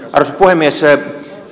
arvoisa puhemies